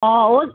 অঁ অঁ